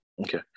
Okay